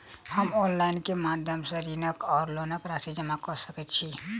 हम ऑनलाइन केँ माध्यम सँ ऋणक वा लोनक राशि जमा कऽ सकैत छी?